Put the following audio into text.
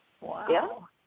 Wow